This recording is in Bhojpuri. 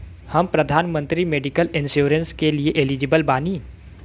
हम प्रधानमंत्री मेडिकल इंश्योरेंस के लिए एलिजिबल बानी?